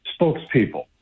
spokespeople